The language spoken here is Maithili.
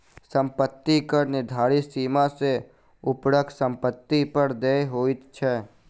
सम्पत्ति कर निर्धारित सीमा सॅ ऊपरक सम्पत्ति पर देय होइत छै